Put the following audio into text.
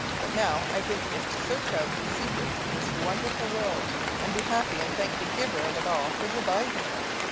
but now i think it was to search out the secrets of this wonderful world and be happy and thank the giver of it all for devising it.